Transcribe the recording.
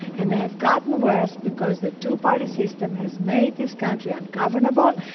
and they have gotten worse because the two-party system has made this country ungovernable.